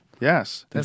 yes